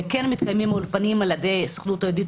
וכן מתקיימים אולפנים על ידי הסוכנות היהודית,